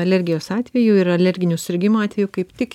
alergijos atveju ir alerginių susirgimų atveju kaip tik